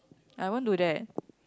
I won't do that